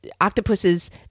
octopuses